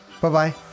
bye-bye